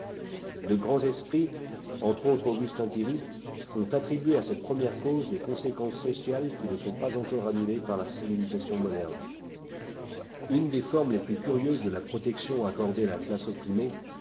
de grands esprits entre autres augustin thierry ont attribué à cette première cause des conséquences sociales qui ne sont pas encore annulées par la civilisation moderne une des formes les plus curieuses de la protection accordée à la classe opprimée